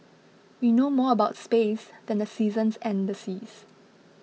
we know more about space than the seasons and the seas